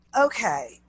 Okay